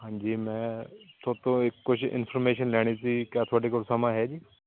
ਹਾਂਜੀ ਮੈਂ ਥੋਤੋਂ ਕੁਝ ਇਨਫੋਰਮੇਸ਼ਨ ਲੈਣੀ ਸੀ ਕਿਆ ਤੁਹਾਡੇ ਕੋਲ ਸਮਾਂ ਹੈ ਜੀ